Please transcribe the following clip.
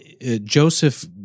Joseph